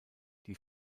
die